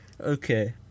Okay